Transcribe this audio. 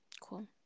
Cool